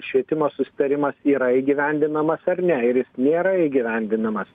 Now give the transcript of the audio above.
švietimo susitarimas yra įgyvendinamas ar ne ir jis nėra įgyvendinamas